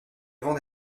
avant